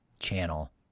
channel